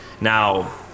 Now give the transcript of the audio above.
Now